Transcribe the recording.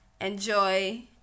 enjoy